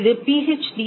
இது பிஹெச்டிPh